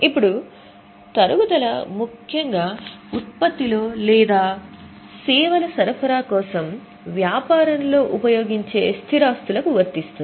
ఇప్పుడు తరుగుదల ముఖ్యంగా ఉత్పత్తిలో లేదా సేవల సరఫరా కోసం వ్యాపారంలో ఉపయోగించే స్థిర ఆస్తులకు వర్తిస్తుంది